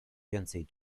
więcej